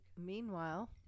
Meanwhile